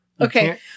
Okay